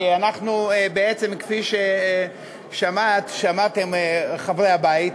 כי בעצם כפי ששמעתם, חברי הבית,